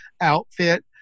outfit